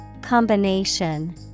Combination